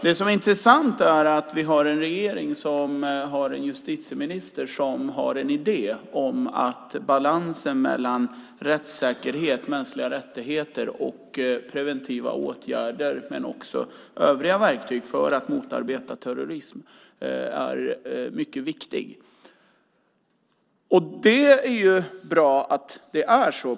Det är intressant att vi har en regering med en justitieminister som har en idé om att balansen mellan rättssäkerhet, mänskliga rättigheter, preventiva åtgärder men också övriga verktyg för att motarbeta terrorism är mycket viktig. Det är bra att det är så.